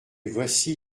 voici